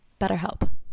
BetterHelp